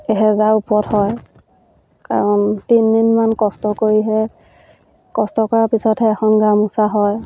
এহেজাৰ ওপৰত হয় কাৰণ তিনিদিনমান কষ্ট কৰিহে কষ্ট কৰাৰ পিছতহে এখন গামোচা হয়